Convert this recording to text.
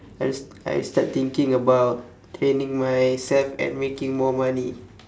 I just I just start thinking about training myself and making more money